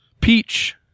peach